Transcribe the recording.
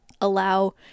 allow